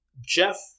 Jeff